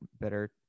better